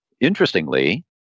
Interestingly